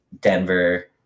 Denver